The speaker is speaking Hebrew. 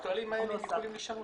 היא אמרה שוברים ולא אמרה מזומן